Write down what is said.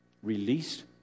Released